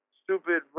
stupid